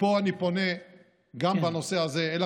ופה אני פונה בנושא הזה, כן.